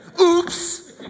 Oops